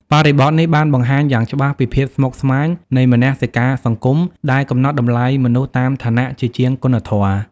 បរិបទនេះបានបង្ហាញយ៉ាងច្បាស់ពីភាពស្មុគស្មាញនៃមនសិការសង្គមដែលកំណត់តម្លៃមនុស្សតាមឋានៈជាជាងគុណធម៌។